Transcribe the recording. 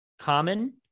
common